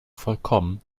vollkommen